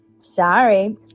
Sorry